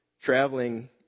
traveling